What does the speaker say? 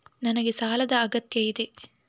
ನನಗೆ ಸಾಲದ ಅಗತ್ಯ ಇದೆ?